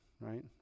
right